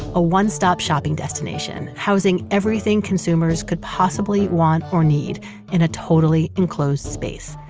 a one-stop shopping destination housing everything consumers could possibly want or need in a totally enclosed space.